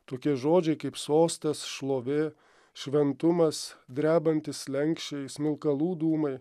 tokie žodžiai kaip sostas šlovė šventumas drebantys slenksčiai smilkalų dūmai